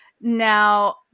Now